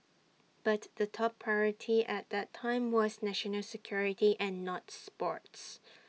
but the top priority at that time was national security and not sports